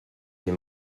les